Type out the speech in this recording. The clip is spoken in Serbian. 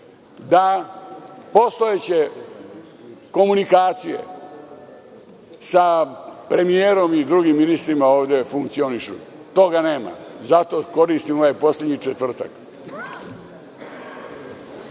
da postojeće komunikacije sa premijerom i drugim ministrima ovde funkcionišu, ali toga nema. Zato koristim ovaj poslednji četvrtak.